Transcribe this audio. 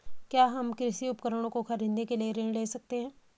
क्या हम कृषि उपकरणों को खरीदने के लिए ऋण ले सकते हैं?